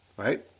Right